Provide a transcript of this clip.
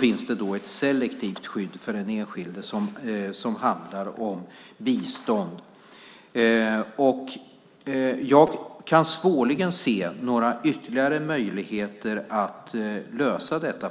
finns ett selektivt skydd för den enskilde som handlar om bistånd. Jag kan svårligen se några ytterligare möjligheter att lösa detta.